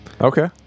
Okay